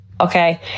Okay